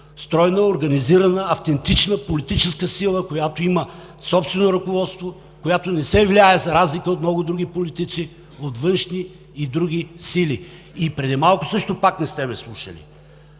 стройно организирана автентична политическа сила, която има собствено ръководство, която не се влияе, за разлика от много други политици, от външни и други сили. И преди малко също пак не сте ме слушали,